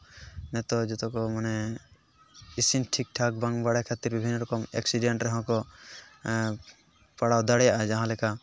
ᱱᱤᱛᱳᱜ ᱡᱚᱛᱚ ᱠᱚ ᱢᱟᱱᱮ ᱤᱥᱤᱱ ᱴᱷᱤᱠᱼᱴᱷᱟᱠ ᱵᱟᱝ ᱵᱟᱲᱟᱭ ᱠᱷᱟᱹᱛᱤᱨ ᱵᱤᱵᱷᱤᱱᱱᱚ ᱨᱚᱠᱚᱢ ᱮᱠᱥᱤᱰᱮᱱᱴ ᱨᱮᱦᱚᱸ ᱠᱚ ᱯᱟᱲᱟᱣ ᱫᱟᱲᱮᱭᱟᱜᱼᱟ ᱡᱟᱦᱟᱸᱞᱮᱠᱟ